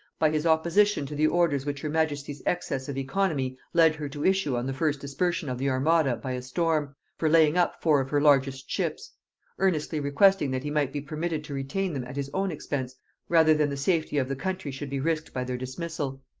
by his opposition to the orders which her majesty's excess of oeconomy led her to issue on the first dispersion of the armada by a storm, for laying up four of her largest ships earnestly requesting that he might be permitted to retain them at his own expense rather than the safety of the country should be risked by their dismissal.